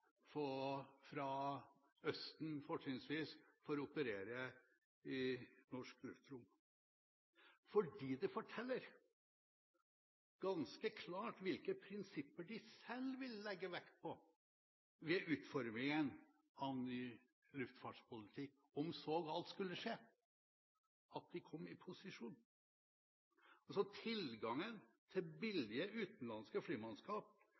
flymannskap fra fortrinnsvis Østen får operere i norsk luftrom, for det forteller ganske klart hvilke prinsipper de selv ville legge vekt på ved utformingen av ny luftfartspolitikk om så galt skulle skje at de kom i posisjon. Tilgangen til billig utenlandsk flymannskap